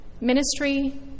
Ministry